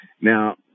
now